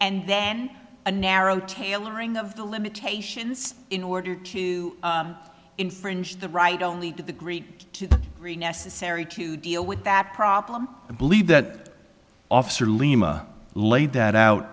and then a narrow tailoring of the limitations in order to infringe the right only to the greek necessary to deal with that problem i believe that officer lima laid that out